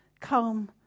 come